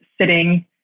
sitting